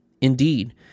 Indeed